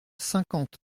cinquante